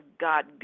God